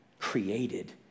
created